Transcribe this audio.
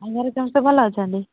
ତମର ସମସ୍ତେ ଭଲ ଅଛନ୍ତି